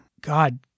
God